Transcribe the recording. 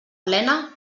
plena